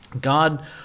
God